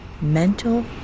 mental